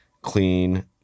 clean